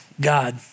God